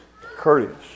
courteous